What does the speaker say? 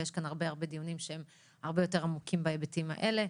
יש כאן הרבה דיונים שהם יותר עמוקים בהיבטים האלה.